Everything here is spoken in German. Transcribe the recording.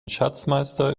schatzmeister